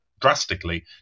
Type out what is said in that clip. drastically